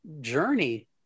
journey